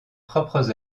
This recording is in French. propres